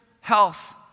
health